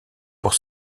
pour